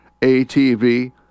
ATV